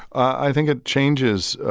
i think it changes.